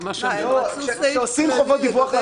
שנראה אולי סביר,